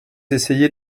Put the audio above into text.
essayez